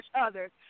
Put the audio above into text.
others